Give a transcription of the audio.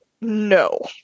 no